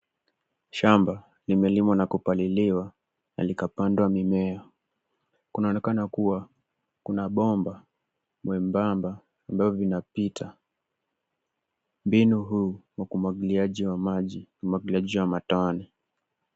Shamba limelimwa na kupaliliwa na likapandwa mimea. Kunaonekana kuwa kuna bomba mwembamba ambao unapita. Mbinu huu wa kumwagilia maji ni umwagiliaji wa matone.